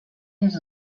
les